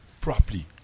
properly